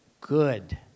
Good